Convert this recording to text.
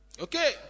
okay